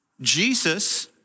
Jesus